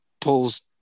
pulls